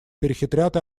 перехитрят